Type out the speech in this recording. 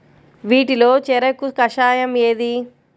వీటిలో చెరకు కషాయం ఏది?